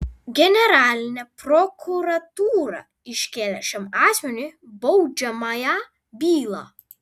generalinė prokuratūra iškėlė šiam asmeniui baudžiamąją bylą